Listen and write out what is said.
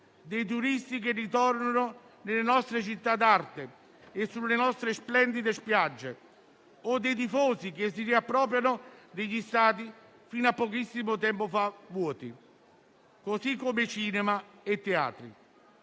dei turisti che ritornano nelle nostre città d'arte e sulle nostre splendide spiagge o dei tifosi che si riappropriano degli stadi fino a pochissimo tempo fa vuoti, così come dei cinema e dei teatri.